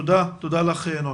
תודה נעמי.